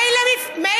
לא מתאים.